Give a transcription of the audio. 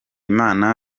imana